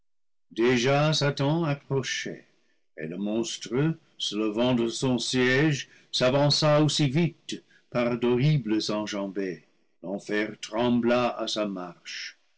déjà satan approchait et le monstre se levant de son siège s'avança aussi vite par d'horribles enjambées l'enfer trembla à sa marche